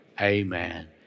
Amen